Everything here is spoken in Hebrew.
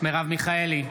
מרב מיכאלי,